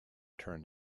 turned